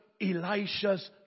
Elisha's